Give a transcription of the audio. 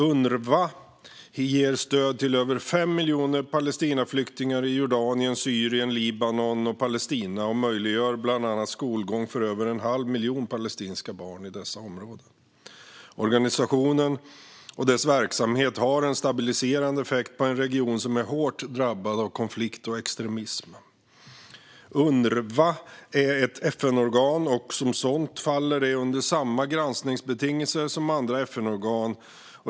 Unrwa ger stöd till över 5 miljoner Palestinaflyktingar i Jordanien, Syrien, Libanon och Palestina och möjliggör bland annat skolgång för över en halv miljon palestinska barn i dessa områden. Organisationen och dess verksamhet har en stabiliserande effekt på en region som är hårt drabbad av konflikt och extremism. Unrwa är ett FN-organ, och som sådant faller det under samma granskningsbetingelser som andra FN-organ.